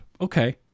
Okay